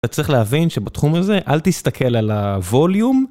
אתה צריך להבין שבתחום הזה, אל תסתכל על הווליום.